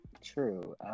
true